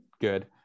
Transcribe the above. good